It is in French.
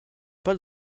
pas